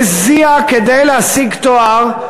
הזיע כדי להשיג תואר,